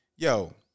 Yo